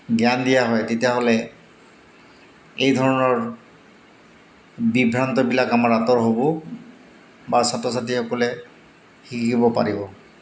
জ্ঞান দিয়া হয় তেতিয়াহ'লে এই ধৰণৰ বিভ্ৰান্তবিলাক আমাৰ আঁতৰ হ'ব বা ছাত্ৰ ছাত্ৰীসকলে শিকিব পাৰিব